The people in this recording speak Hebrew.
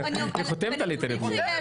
היא חותמת על היתרי בנייה.